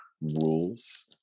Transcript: rules